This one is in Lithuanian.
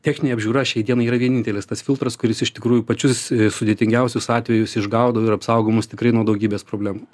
techninė apžiūra šiai dienai yra vienintelis tas filtras kuris iš tikrųjų pačius sudėtingiausius atvejus išgaudo ir apsaugo mus tikrai nuo daugybės problemų